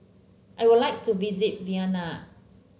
I would like to visit Vienna